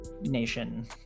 nation